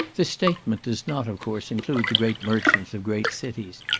this statement does not, of course, include the great merchants of great cities,